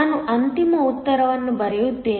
ನಾನು ಅಂತಿಮ ಉತ್ತರವನ್ನು ಬರೆಯುತ್ತೇನೆ